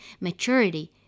maturity